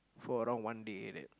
for around one day like that